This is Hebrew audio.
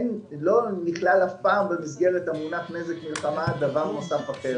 לא נכלל אף פעם במסגרת המונח "נזק מלחמה" דבר נוסף אחר.